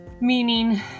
meaning